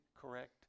correct